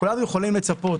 כולנו יכולים לצפות